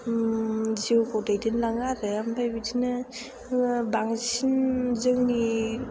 जिउखौ दैदेनलाङो आरो ओमफ्राय बिदिनो बांसिन जोंनि